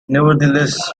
nevertheless